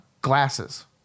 glasses